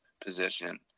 position